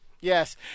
Yes